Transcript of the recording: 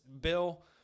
Bill